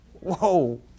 Whoa